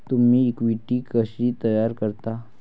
तुम्ही इक्विटी कशी तयार करता?